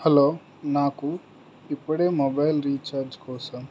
hello నాకు ఇప్పుడే mobile recharge కోసం